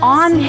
on